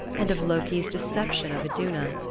and of loki's deception of iduna,